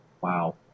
wow